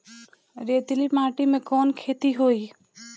रेतीली माटी में कवन खेती होई?